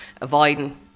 avoiding